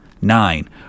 Nine